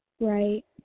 Right